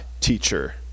Teacher